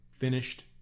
finished